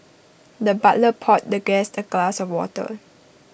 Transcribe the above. the butler poured the guest A glass of water